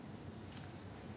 !wah! !wah!